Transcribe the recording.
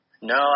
No